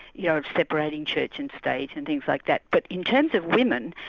you know, separating church and state and things like that. but in terms of women,